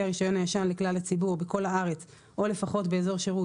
הרישיון הישן לכלל הציבור בכל הארץ או לפחות באזור שירות